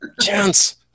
chance